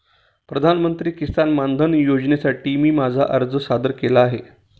प्रधानमंत्री किसान मानधन योजनेसाठी मी माझा अर्ज सादर केला आहे